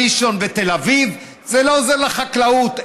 ראשון ותל אביב זה לא עוזר לחקלאות,